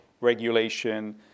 regulation